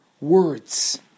words